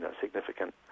significant